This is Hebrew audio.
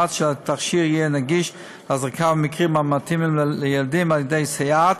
כדי שהתכשיר יהיה נגיש להזרקה במקרים המתאימים לילדים על-ידי סייעת,